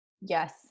Yes